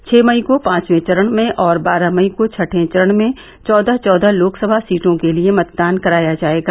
छः मई को पांचवें में और बारह मई को छठें चरण में चौदह चौदह लोकसभा सीटों के लिये मतदान कराया जायेगा